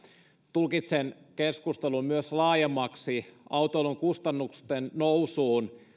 tulkitsen keskustelun myös laajemmaksi autoilun kustannusten nousuun